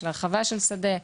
של הרחבה של שדה.